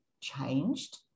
changed